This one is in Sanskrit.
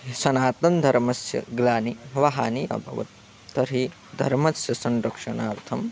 सनातन धर्मस्य ग्लानिः व हानिः अभवत् तर्हि धर्मस्य संरक्षणार्थम्